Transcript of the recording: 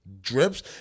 drips